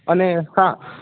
અને હા